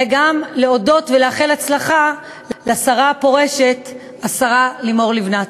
וגם להודות ולאחל הצלחה לשרה הפורשת לימור לבנת.